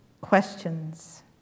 Questions